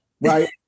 right